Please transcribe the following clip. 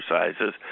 exercises